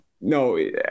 no